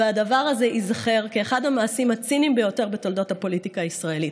והדבר הזה ייזכר כאחד המעשים הציניים ביותר בתולדות הפוליטיקה הישראלית.